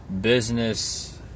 business